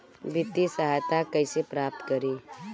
वित्तीय सहायता कइसे प्राप्त करी?